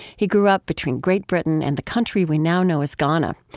he grew up between great britain and the country we now know as ghana.